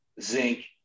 zinc